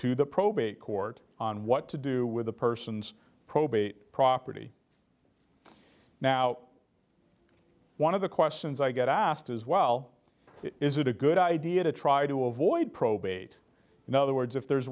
to the probate court on what to do with the persons probate property now one of the questions i get asked as well is it a good idea to try to avoid probate in other words if there's